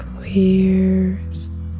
clears